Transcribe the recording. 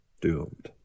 doomed